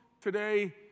today